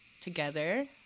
together